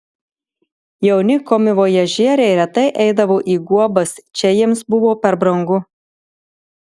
jauni komivojažieriai retai eidavo į guobas čia jiems buvo per brangu